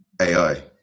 AI